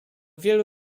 wielu